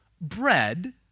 Bread